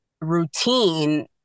routine